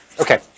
okay